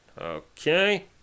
Okay